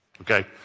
Okay